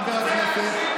חבר הכנסת,